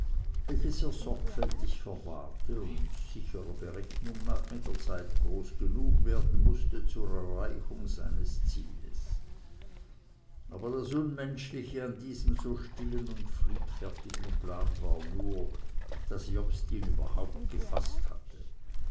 welches er sorgfältig verwahrte und sicherer berechnung nach mit der zeit groß genug werden mußte zur erreichung dieses zieles aber das unmenschliche an diesem so stillen und friedfertigen plane war nur daß lobst ihn überhaupt gefaßt hatte